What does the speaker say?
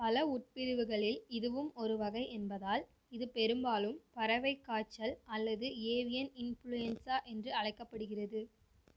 பல உட்பிரிவுகளில் இதுவும் ஒரு வகை என்பதால் இது பெரும்பாலும் பறவை காய்ச்சல் அல்லது ஏவியன் இன்ஃபுளுயன்ஸா என்று அழைக்கப்படுகிறது